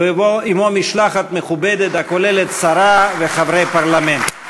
ועמו משלחת מכובדת הכוללת שרה וחברי פרלמנט.